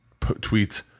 tweets